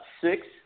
Six